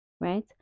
Right